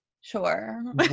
Sure